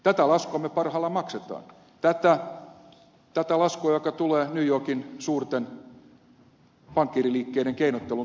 tätä laskua me parhaillaan maksamme tätä laskua joka tulee new yorkin suurten pankkiiriliikkeiden keinottelun tuloksena